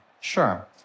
Sure